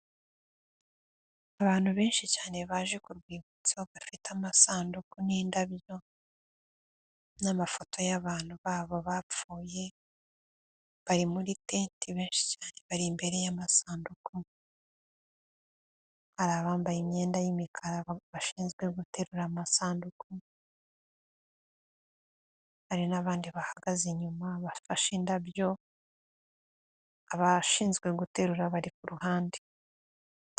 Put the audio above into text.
Abantu benshi cyane baje ku rwibutso bafite amasanduku n'indabyo, n'amafoto y'abantu babo bapfuye, bari muri tente abenshi bari imbere y'amasanduku, hari abambaye imyenda y'imikara bashinzwe guterura amasanduku, hari n'abandi bahagaze inyuma bafashe indabyo, abashinzwe guterura bari ku ruhande.